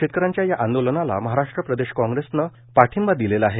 शेतकऱ्यांच्या या आंदोलनाला महाराष्ट्र प्रदेश काँग्रेसनं पाठींबा दिलेला आहे